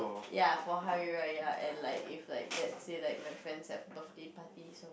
ya for Hari-Raya and like if like let's say like my friends have birthday parties